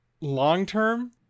long-term